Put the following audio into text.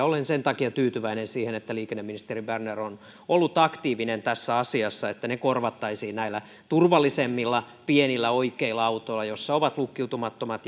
olen sen takia tyytyväinen siihen että liikenneministeri berner on ollut aktiivinen tässä asiassa että ne korvattaisiin turvallisemmilla pienillä oikeilla autoilla joissa ovat lukkiutumattomat